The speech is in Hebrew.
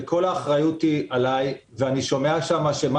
וכל האחריות היא עלי ואני שומע שם: מה